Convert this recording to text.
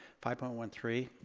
five point one three,